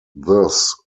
thus